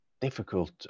difficult